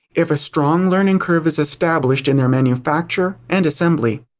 if a strong learning curve is established in their manufacture and assembly.